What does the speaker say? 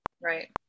Right